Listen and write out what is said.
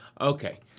Okay